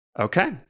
Okay